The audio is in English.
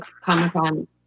comic-con